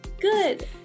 Good